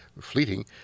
fleeting